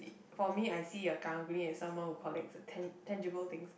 for me I see a Karang-Guni as someone who collects a tan~ tangible things